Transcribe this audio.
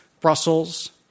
Brussels